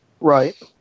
Right